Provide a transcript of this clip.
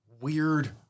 weird